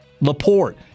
LaPorte